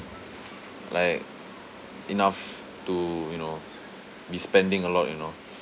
like enough to you know be spending a lot you know